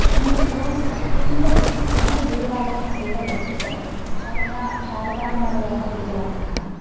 शृङ्गगिरौ अत्यन्तप्रसिद्धः देवालयः एव वर्तते शारदा शारदाम्बायाः देवालयः